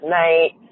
night